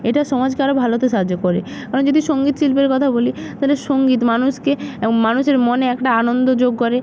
এটা সমাজকে আরো ভালো হতে সাহায্য করে মানে যদি সঙ্গীত শিল্পের কথা বলি তাহলে সঙ্গীত মানুষকে এবং মানুষের মনে একটা আনন্দ যোগ করে